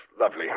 lovely